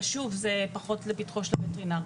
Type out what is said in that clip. אבל שוב, זה פחות לפתחו של וטרינר.